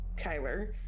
Kyler